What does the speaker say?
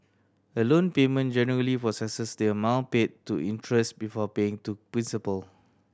a loan payment generally processes the amount paid to interest before paying to principal